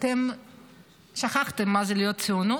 אתם שכחתם מה זה להיות ציונים.